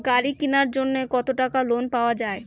গাড়ি কিনার জন্যে কতো টাকা লোন পাওয়া য়ায়?